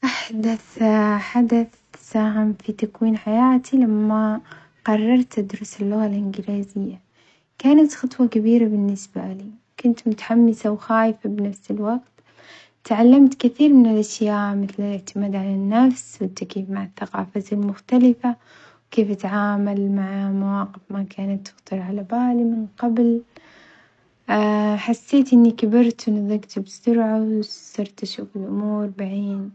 أحدث حدث في تكوين حياتي لما قررت أدرس اللغة الإنجليزية، كانت خطوة كبيرة بالنسبة لي كنت متحمسة وخايفة بنفس الوقت، تعلمت كثير من الأشياء مثل الاعتماد على النفس والتكييف مع الثقافات المختلفة وكيف أتعامل مع مواقف ما كانت تخطر على بالي من قبل، حسيت إني كبرت ونضجت بسرعة وصرت أشوف الأمور بعين.